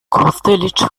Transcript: kosteliç